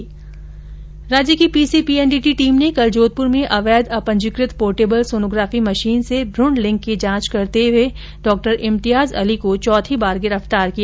राज्य की PCPNDT team ने कल जोधपुर में अवैध अपंजीकृत पोर्टेबल सोनोग्राफी मशीन से भ्रुण लिंग की जांच करते डॉ इम्तियाज अली को चौथी बार गिरफ्तार किया